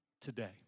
today